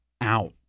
out